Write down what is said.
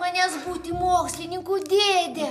manęs būti mokslininku dėde